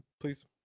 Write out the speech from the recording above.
Please